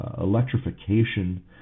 electrification